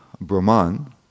brahman